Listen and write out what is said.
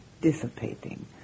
dissipating